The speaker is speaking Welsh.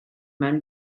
mewn